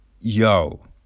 yo